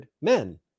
Men